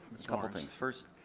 um ah things first